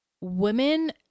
women